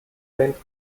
gründen